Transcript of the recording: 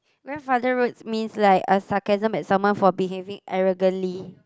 grandfather road means like a sarcasm at someone for behaving arrogantly